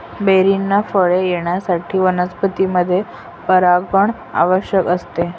बेरींना फळे येण्यासाठी वनस्पतींमध्ये परागण आवश्यक असते